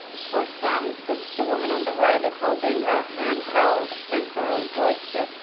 for some, the the woman on the right is holding a hand held sensor or joy stick.